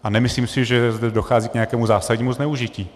A nemyslím si, že zde dochází k nějakému zásadnímu zneužití.